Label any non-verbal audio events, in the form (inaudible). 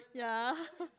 ya (laughs)